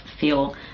feel